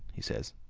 he says.